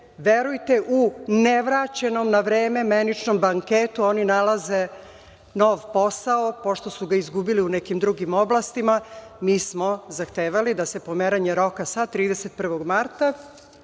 verujte, u nevraćenom na vreme meničnom banketu oni nalaze nov posao pošto su ga izgubili u nekim drugim oblastima. Mi smo zahtevali da se pomeranje roka sa 31. marta